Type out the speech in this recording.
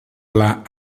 pla